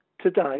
today